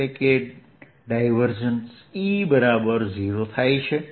એટલે કે ∇E 0 છે